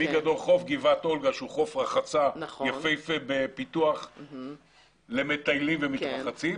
מגדור לחוף גבעת אולגה שהוא חוף רחצה יפהפה בפיתוח למטיילים ולמתרחצים,